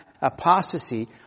apostasy